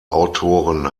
autoren